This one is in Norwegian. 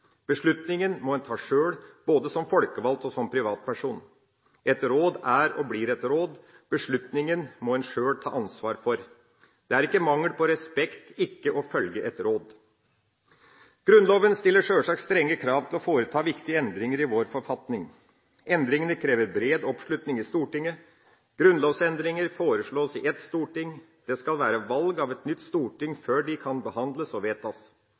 Beslutningen må en ta sjøl, både som folkevalgt og som privatperson. Et råd er og blir et råd. Beslutningen må en sjøl ta ansvar for. Det er ikke mangel på respekt ikke å følge et råd. Grunnloven stiller sjølsagt strenge krav til å foreta viktige endringer i vår forfatning. Endringene krever bred oppslutning i Stortinget. Grunnlovsendringer foreslås i ett storting. Det skal være valg av et nytt storting før de kan behandles og vedtas.